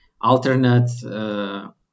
Alternate